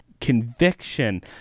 conviction